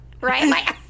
right